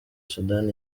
soudan